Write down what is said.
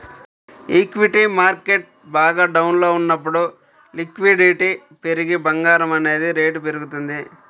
equity market బాగా డౌన్లో ఉన్నప్పుడు లిక్విడిటీ పెరిగి బంగారం అనేది రేటు పెరుగుతుంది